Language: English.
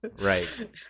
right